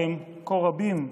והם כה רבים,